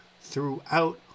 throughout